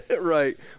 Right